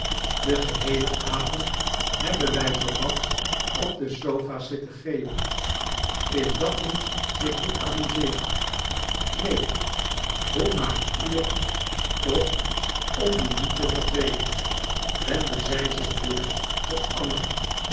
den geheelen avond hebben wij zoowat op de sopha's zitten geeuwen is dat nu zich goed amuseeren neen hoe maakt u het toch om u niet te vervelen wendde zij zich weer tot anna